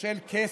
של כסף,